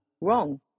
wrong